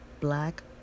Black